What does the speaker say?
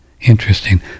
interesting